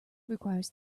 requires